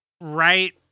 Right